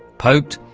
poked,